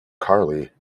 carley